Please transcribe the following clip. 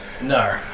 No